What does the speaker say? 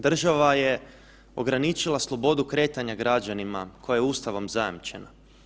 Država je ograničila slobodu kretanja građanima, koja je Ustavom zajamčena.